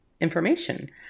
information